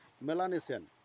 Melanesian